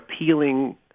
appealing